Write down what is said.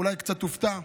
אולי קצת תופתע.